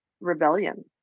rebellion